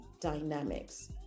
dynamics